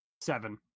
Seven